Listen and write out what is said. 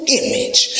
image